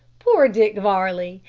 poor dick varley!